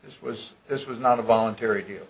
this was this was not a voluntary deal